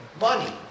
Money